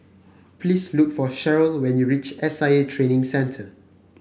please look for Sharyl when you reach S I A Training Centre